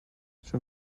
schon